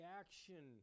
action